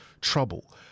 trouble